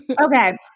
okay